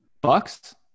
Bucks